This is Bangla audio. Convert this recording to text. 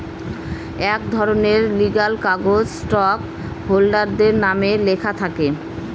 এক ধরনের লিগ্যাল কাগজ স্টক হোল্ডারদের নামে লেখা থাকে